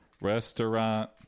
restaurant